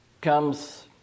comes